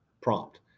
prompt